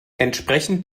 entsprechend